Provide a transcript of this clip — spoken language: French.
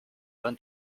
vingt